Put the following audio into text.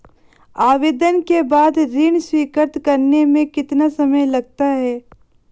आवेदन के बाद ऋण स्वीकृत करने में कितना समय लगता है?